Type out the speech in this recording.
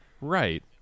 Right